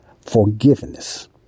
Forgiveness